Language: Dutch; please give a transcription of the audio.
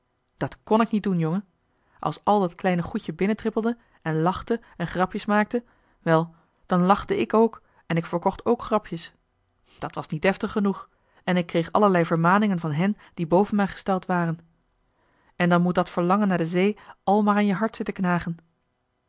dat kn ik niet doen jongen als al dat kleine goedje binnentrippelde en lachte en grapjes maakte wel dan lachte ik ook en ik verkocht ook grapjes dat was niet deftig genoeg en ik kreeg allerlei vermaningen van hen die boven mij gesteld joh h been paddeltje de scheepsjongen van michiel de ruijter waren en dan moet dat verlangen naar de zee al maar aan je hart zitten knagen